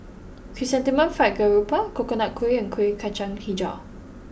Chrysanthemum Fried Garoupa Coconut Kuih and Kueh Kacang HiJau